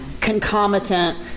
concomitant